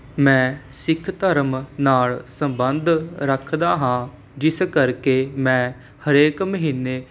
ਮੈਂ ਸਿੱਖ ਧਰਮ ਨਾਲ ਸੰਬੰਧ ਰੱਖਦਾ ਹਾਂ ਜਿਸ ਕਰਕੇ ਮੈਂ ਹਰੇਕ ਮਹੀਨੇ